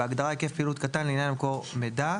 בהגדרה להיקף פעילות קטן לעניין מקור מידע,